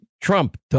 Trump